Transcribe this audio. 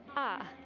ah,